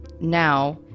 now